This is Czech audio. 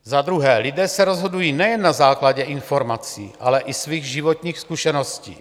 Za druhé, lidé se rozhodují nejen na základě informací, ale i svých životních zkušeností.